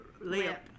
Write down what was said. lip